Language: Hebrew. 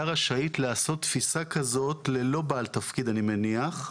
רשאית לעשות תפיסה כזאת ללא בעל תפקיד אני מניח.